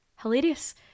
hilarious